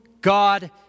God